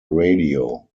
radio